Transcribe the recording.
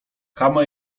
kama